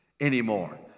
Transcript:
anymore